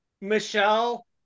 Michelle